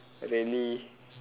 really